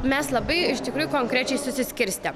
mes labai iš tikrųjų konkrečiai susiskirstę